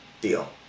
deal